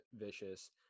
vicious